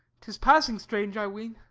tis passing strange, i ween.